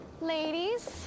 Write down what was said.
Ladies